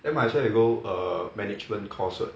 then might as well you go err management course [what]